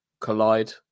collide